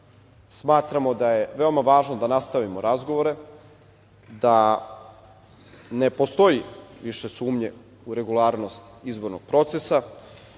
uslovima. Smatramo da je veoma važno da nastavimo razgovore, da ne postoji više sumnje u regularnost izbornog procesa